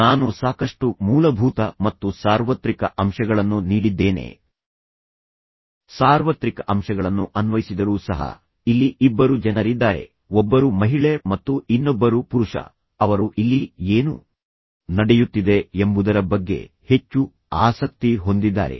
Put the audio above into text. ನಾನು ಸಾಕಷ್ಟು ಮೂಲಭೂತ ಮತ್ತು ಸಾರ್ವತ್ರಿಕ ಅಂಶಗಳನ್ನು ನೀಡಿದ್ದೇನೆ ಸಾರ್ವತ್ರಿಕ ಅಂಶಗಳನ್ನು ಅನ್ವಯಿಸಿದರೂ ಸಹ ಇಲ್ಲಿ ಇಬ್ಬರು ಜನರಿದ್ದಾರೆ ಒಬ್ಬರು ಮಹಿಳೆ ಮತ್ತು ಇನ್ನೊಬ್ಬರು ಪುರುಷ ಅವರು ಇಲ್ಲಿ ಏನು ನಡೆಯುತ್ತಿದೆ ಎಂಬುದರ ಬಗ್ಗೆ ಹೆಚ್ಚು ಆಸಕ್ತಿ ಹೊಂದಿದ್ದಾರೆ